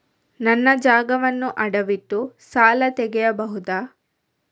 ನನ್ನ ಜಾಗವನ್ನು ಅಡವಿಟ್ಟು ಸಾಲ ತೆಗೆಯಬಹುದ?